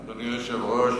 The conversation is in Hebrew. אדוני היושב-ראש,